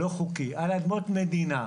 לא חוקי על אדמות מדינה.